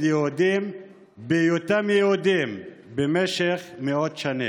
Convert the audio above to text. יהודים בהיותם יהודים במשך מאות שנים.